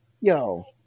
yo